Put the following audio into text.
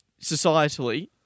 societally